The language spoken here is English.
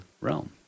realm